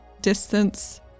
distance